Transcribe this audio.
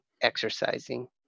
exercising